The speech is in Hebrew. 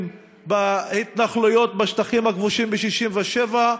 בהתנחלויות בשטחים הכבושים ב-67',